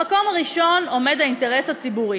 במקום הראשון עומד האינטרס הציבורי,